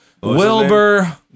Wilbur